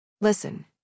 Listen